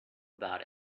about